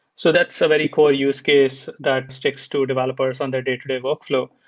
so that's the very core use case that sticks to developers on their day-to-day workflow.